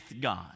God